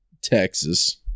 Texas